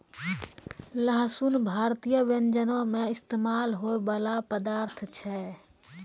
लहसुन भारतीय व्यंजनो मे इस्तेमाल होय बाला पदार्थ छै